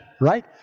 right